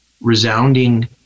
resounding